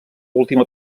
última